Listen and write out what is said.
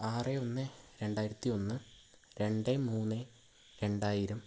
ആറ് ഒന്ന് രണ്ടായിരത്തി ഒന്ന് രണ്ട് മൂന്ന് രണ്ടായിരം